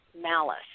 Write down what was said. malice